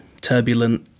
turbulent